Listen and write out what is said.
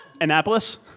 Annapolis